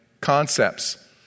concepts